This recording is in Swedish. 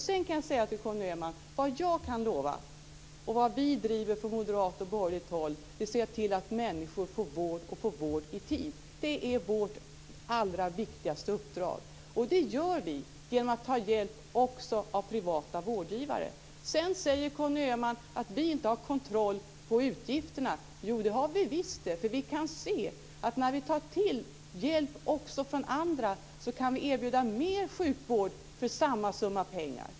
Jag kan lova Conny Öhman att vi driver från moderat och borgerligt håll är att vi ska se till att människor får vård och att de får den i tid. Det är vårt allra viktigaste uppdrag. Det gör vi genom att ta hjälp också av privata vårdgivare. Conny Öhman säger att vi inte har kontroll över utgifterna. Det har vi visst. Vi kan se att vi kan erbjuda mer sjukvård för samma summa pengar, när vi tar till hjälp från andra.